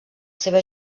seva